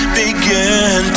began